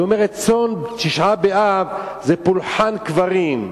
היא אומרת: צום תשעה באב זה פולחן קברים,